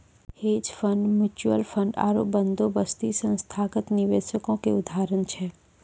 hedge fund, mutual fund आरु बंदोबस्ती संस्थागत निवेशको के उदाहरण छै